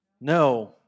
No